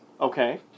Okay